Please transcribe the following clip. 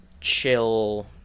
chill